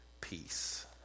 peace